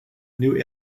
new